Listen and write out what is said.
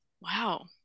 Wow